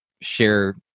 share